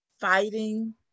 fighting